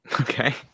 Okay